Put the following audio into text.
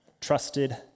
trusted